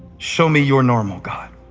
show me your normal, god.